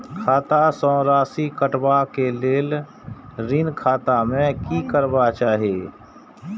खाता स राशि कटवा कै लेल ऋण खाता में की करवा चाही?